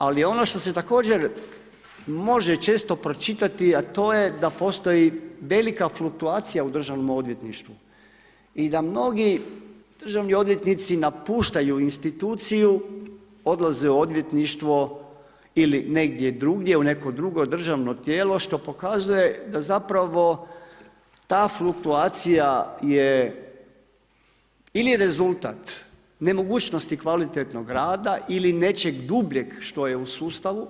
Ali ono što se također može često pročitati, a to je da postoji velika fluktuacija u državnom odvjetništvu i da mnogi državni odvjetnici napuštaju instituciju, odlaze u odvjetništvo ili negdje drugdje u neko drugo državno tijelo što pokazuje da ta fluktuacija je ili rezultat nemogućnosti kvalitetnog rada ili nečeg dubljeg što je u sustavu.